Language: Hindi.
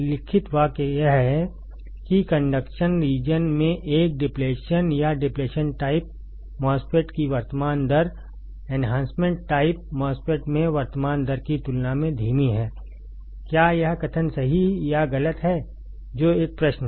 लिखित वाक्य यह है कि कंडक्शन रीजन में एक डिप्लेशन या डिप्लेशन टाइप MOSFET की वर्तमान दर एन्हांसमेंट टाइप MOSFET में वर्तमान दर की तुलना में धीमी है क्या यह कथन सही या गलत है जो एक प्रश्न है